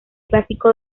clásico